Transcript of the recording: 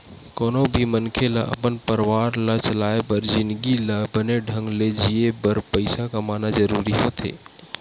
कोनो भी मनखे ल अपन परवार ला चलाय बर जिनगी ल बने ढंग ले जीए बर पइसा कमाना जरूरी होथे